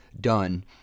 done